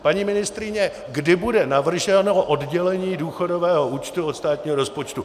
Paní ministryně, kdy bude navrženo oddělení důchodového účtu od státního rozpočtu?